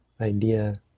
idea